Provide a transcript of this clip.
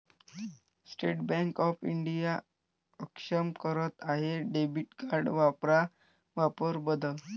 state bank of India अक्षम करत आहे डेबिट कार्ड वापरा वापर बदल